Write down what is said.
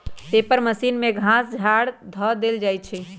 paper machine में घास झाड़ ध देल जाइ छइ